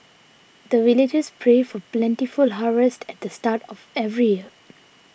the villagers pray for plentiful harvest at the start of every year